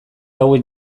hauek